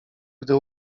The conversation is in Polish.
gdy